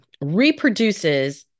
reproduces